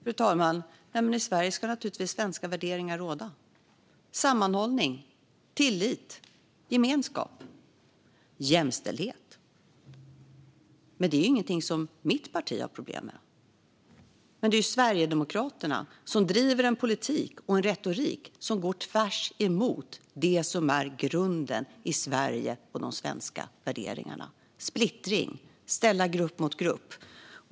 Fru talman! I Sverige ska naturligtvis svenska värderingar råda. Det handlar om sammanhållning, tillit, gemenskap och jämställdhet. Men det är ingenting som mitt parti har problem med. Det är Sverigedemokraterna som driver en politik och retorik som går tvärs emot det som är grunden i Sverige och de svenska värderingarna. Det handlar om splittring, att ställa grupp mot grupp.